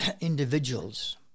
individuals